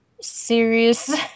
serious